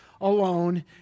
alone